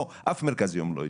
לא, אף מרכז יום לא יתרסק.